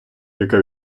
яка